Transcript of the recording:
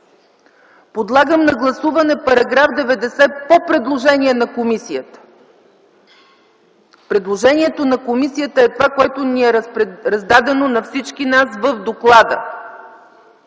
Подлагам на гласуване § 90 по предложение на комисията. Предложението на комисията е това, което е раздадено на всички нас в доклада,